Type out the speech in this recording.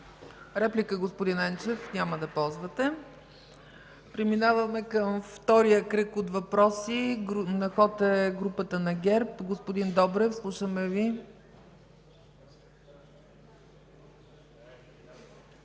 Реплика, господин Енчев? Няма да ползвате. Преминаване към втория кръг въпроси. На ход е групата на ГЕРБ. Господин Добрев, слушаме Ви.